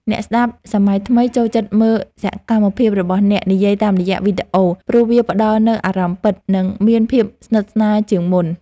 អ្នកស្ដាប់សម័យថ្មីចូលចិត្តមើលសកម្មភាពរបស់អ្នកនិយាយតាមរយៈវីដេអូព្រោះវាផ្តល់នូវអារម្មណ៍ពិត និងមានភាពស្និទ្ធស្នាលជាងមុន។